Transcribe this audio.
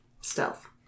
Stealth